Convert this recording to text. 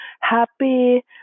happy